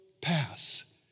pass